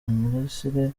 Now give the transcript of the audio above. imirasire